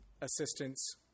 assistance